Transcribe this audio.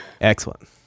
Excellent